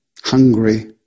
hungry